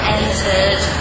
entered